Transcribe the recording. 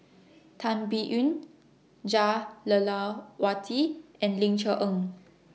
Tan Biyun Jah Lelawati and Ling Cher Eng